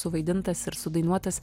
suvaidintas ir sudainuotas